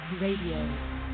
Radio